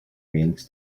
means